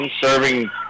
serving